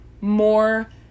more